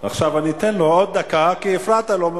עכשיו אני אתן לו עוד דקה, כי הפרעת לו.